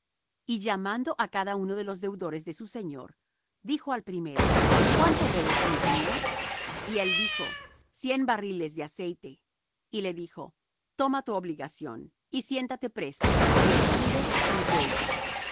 y llamando á cada uno de los deudores de su señor dijo al primero cuánto debes á mi señor y él dijo cien barriles de aceite y le dijo toma tu obligación y siéntate presto y escribe cincuenta